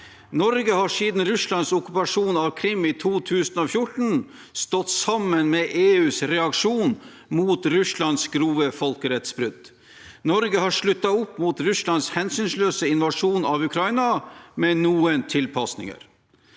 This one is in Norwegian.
Norge har siden Russlands okkupasjon av Krym i 2014 stått sammen med EU i reaksjonene mot Russlands grove folkerettsbrudd. Norge har stått opp mot Russlands hensynsløse invasjon av Ukraina med noen tilpasninger.